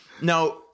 Now